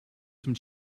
some